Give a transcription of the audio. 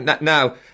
Now